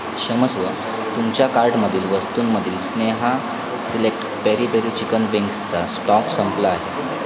क्षमस्व तुमच्या कार्टमधील वस्तूंमधील Sneha select peri peri chicken विंग्सचा स्टॉक संपला आहे